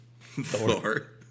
Thor